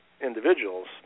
individuals